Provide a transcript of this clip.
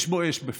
יש בו אש בפנים.